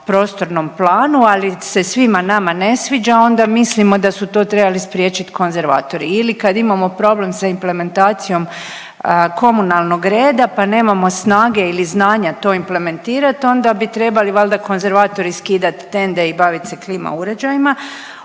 prostornom planu ali se svima nama ne sviđa onda mislimo da su to trebali spriječit konzervatori ili kad imamo problem sa implementacijom komunalnog reda pa nemamo snage ili znanja to implementirat, onda bi trebali valjda konzervatori skidat tende i bavit se klima uređajima.